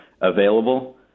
available